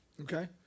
Okay